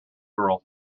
girl